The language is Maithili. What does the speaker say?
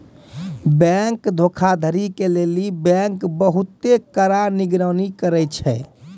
बैंक धोखाधड़ी के लेली बैंक बहुते कड़ा निगरानी करै छै